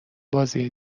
بازی